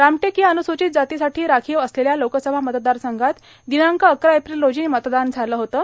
रामटेक या अन्वुसूचित जातीसाठी राखीव असलेल्या लोकसभा मतदारसंघात दिनांक अकरा एप्रिल रोजी मतदान झालं होतं